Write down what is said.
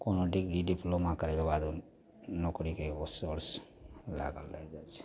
कोनो degree diploma करैके बाद नौकरीके आओर सोर्स जागल रहै छै